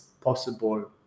possible